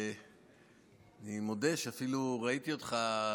אני מודה שאפילו ראיתי אותך,